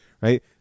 right